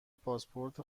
پاسپورت